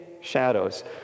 shadows